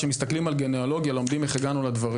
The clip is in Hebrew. כשמסתכלים על גניאולוגיה לומדים איך הגענו לדברים